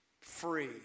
Free